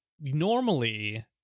normally